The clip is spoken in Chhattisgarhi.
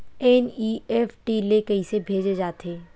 एन.ई.एफ.टी ले कइसे भेजे जाथे?